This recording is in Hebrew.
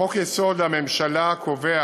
חוק-יסוד: הממשלה קובע